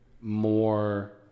more